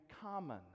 common